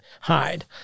hide